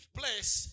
place